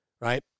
right